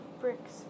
bricks